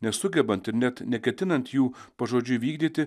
nesugebant ir net neketinant jų pažodžiui vykdyti